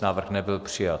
Návrh nebyl přijat.